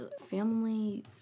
family